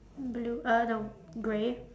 blue uh no grey